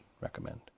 recommend